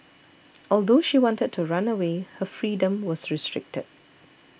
although she wanted to run away her freedom was restricted